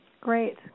Great